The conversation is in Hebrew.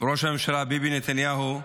ראש הממשלה, ביבי נתניהו,